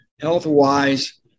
health-wise